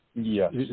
Yes